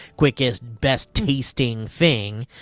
quickest, best tasting thing.